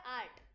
art